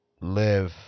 live